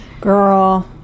Girl